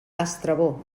estrabó